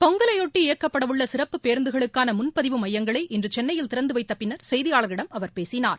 பொங்கலையொட்டி இயக்கப்பட உள்ள சிறப்பு பேருந்துகளுக்கான முன்பதிவு மையங்களை இன்று சென்னையில் திறந்துவைத்த பின்னர் செய்தியாளர்களிடம் அவர் பேசினார்